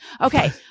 Okay